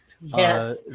Yes